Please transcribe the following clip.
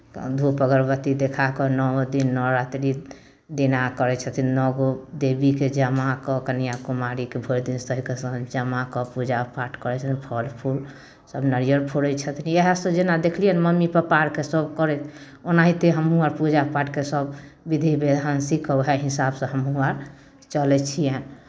धूप अगरबत्ती देखा कऽ नओ दिन नवरात्रि दिना करै छथिन नओ गो देवीके जमा कऽ कऽ कन्या कुमारिके भरि दिन सहि कऽ सन्ध्या माँके पूजा पाठ करै छथिन फल फूल सभ नारियल फोड़ै छथिन इएहसभ जेना देखलियनि मम्मी पप्पा अरके सभ करैत ओनाहिते हमहूँ अर पूजा पाठके सभ विधि विधान सीखि कऽ उएह हिसाबसँ हमहूँ अर चलै छियनि